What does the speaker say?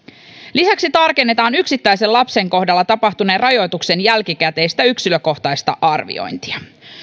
lisäksi tarkennetaan yksittäisen lapsen kohdalla tapahtuneen rajoituksen jälkikäteistä yksilökohtaista arviointia